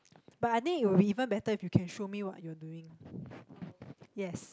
but I think it will even better if you can show me what you are doing yes